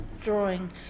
drawing